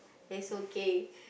is okay